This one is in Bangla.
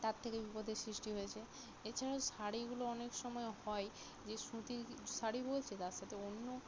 তার থেকে বিপদের সৃষ্টি হয়েছে এছাড়াও শাড়িগুলো অনেক সময় হয় যে সুতির শাড়ি বলছে তার সাথে অন্য